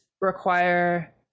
require